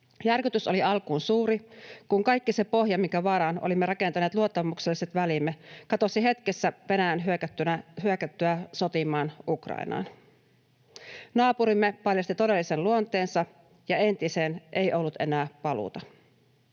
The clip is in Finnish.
Järkytys oli alkuun suuri, kun kaikki se pohja, minkä varaan olimme rakentaneet luottamukselliset välimme, katosi hetkessä Venäjän hyökättyä sotimaan Ukrainaan. Naapurimme paljasti todellisen luonteensa, ja entiseen ei ollut enää paluuta.